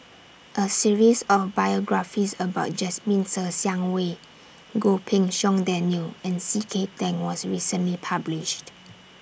A series of biographies about Jasmine Ser Xiang Wei Goh Pei Siong Daniel and C K Tang was recently published